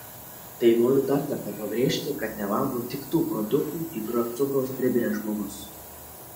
tai noriu dar kartą pabrėžti kad nevalgau tik tų produktų į kuriuos cukraus priberia žmogus